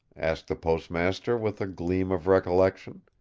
asked the postmaster, with a gleam of recollection.